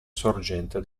sorgente